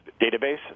database